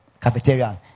Cafeteria